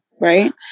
right